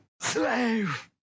Slave